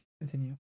Continue